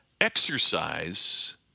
exercise